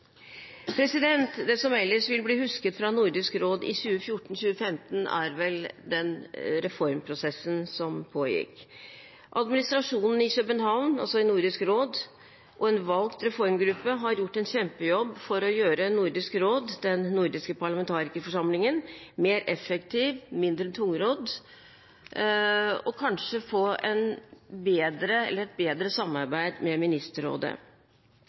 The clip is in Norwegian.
Det som ellers vil bli husket fra Nordisk råd i 2014–2015, er vel den reformprosessen som pågikk. Administrasjonen i Nordisk råd i København og en valgt reformgruppe har gjort en kjempejobb for å gjøre Nordisk råd – den nordiske parlamentarikerforsamlingen – mer effektiv og mindre tungrodd, og kanskje få til et bedre samarbeid med Ministerrådet.